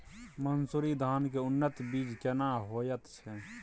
मन्सूरी धान के उन्नत बीज केना होयत छै?